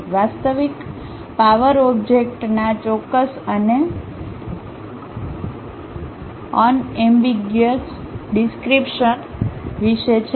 વાસ્તવિક પાવર ઓબ્જેક્ટના ચોક્કસ અને અનએમ્બીગીયજ ડીસ્કીપશન વિશે છે